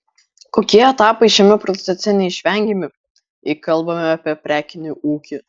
kokie etapai šiame procese neišvengiami jei kalbame apie prekinį ūkį